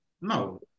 No